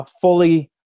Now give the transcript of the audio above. Fully